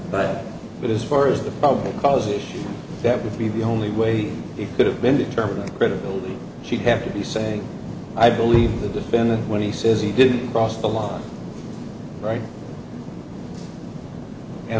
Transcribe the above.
but but as far as the public policy that would be the only way it could have been determined credibility she'd have to be saying i believe the defendant when he says he didn't cross the law right and